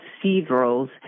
cathedrals